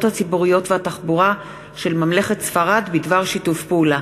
הציבוריות והתחבורה של ממלכת ספרד בדבר שיתוף פעולה.